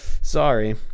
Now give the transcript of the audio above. sorry